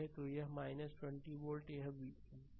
तो यह है 20 वोल्ट कि v2 है